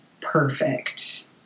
perfect